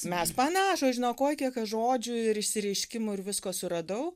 mes panašūs žinok oi kiek aš žodžių ir išsireiškimų ir visko suradau